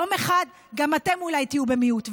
יום אחד גם אתם אולי תהיו במיעוט,